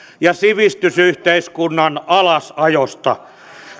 ja sivistysyhteiskunnan alasajosta